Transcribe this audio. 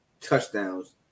touchdowns